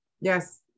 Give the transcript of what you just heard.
Yes